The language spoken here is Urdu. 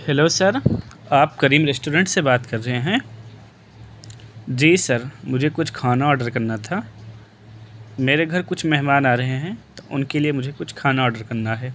ہیلو سر آپ کریم ریسٹورنٹ سے بات کر رہے ہیں جی سر مجھے کچھ کھانا آڈر کرنا تھا میرے گھر کچھ مہمان آ رہے ہیں تو ان کے لیے مجھے کچھ کھانا آڈر کرنا ہے